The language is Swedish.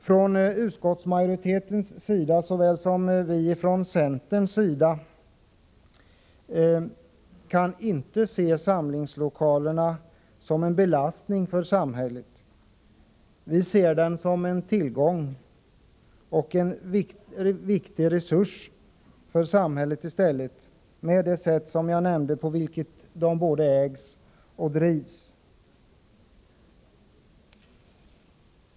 Från utskottsmajoriteten såväl som från centern kan vi inte se samlingslokalerna som en belastning för samhället. Vi ser dem i stället som en tillgång och en viktig resurs för samhället, med det sätt på vilket de både ägs och drivs.